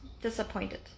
disappointed